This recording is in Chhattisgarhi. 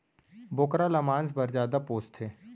बोकरा ल मांस पर जादा पोसथें